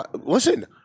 Listen